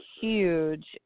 huge